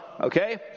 okay